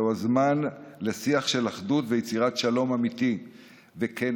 זהו הזמן לשיח של אחדות ויצירת שלום אמיתי וכן,